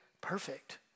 perfect